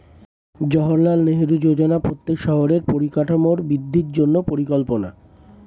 জাওহারলাল নেহেরু যোজনা প্রত্যেক শহরের পরিকাঠামোর বৃদ্ধির জন্য পরিকল্পনা